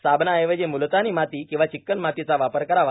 साबणाऐवजी मुलतानी माती र्णांवा र्चिक्कन मातीचा वापर करावा